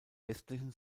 westlichen